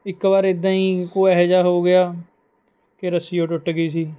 ਇੱਕ ਵਾਰ ਇੱਦਾਂ ਹੀ ਕੋਈ ਇਹੋ ਜਿਹਾ ਹੋ ਗਿਆ ਕਿ ਰੱਸੀ ਉਹ ਟੁੱਟ ਗਈ ਸੀ